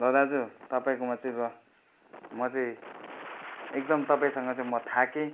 ल दाजु तपाईँकोमा चाहिँ र म चाहिँ एकदम तपाईँसँग चाहिँ म थाकेँ